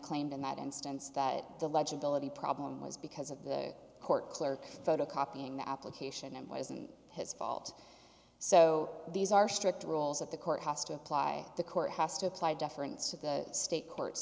claimed in that instance that the legibility problem was because of the court clerk photocopying the application and wasn't his fault so these are strict rules of the court has to apply the court has to apply deference to the state courts